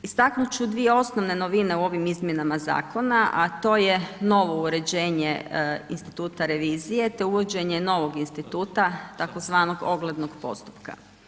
Istaknut ću dvije osnovne novine u ovim izmjenama zakona, a to je novo uređenje instituta revizije, te uvođenje novog instituta tzv. oglednog postupka.